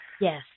Yes